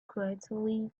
quietly